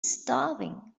starving